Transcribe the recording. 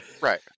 right